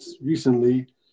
recently